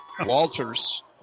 Walters